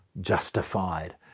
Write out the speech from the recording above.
justified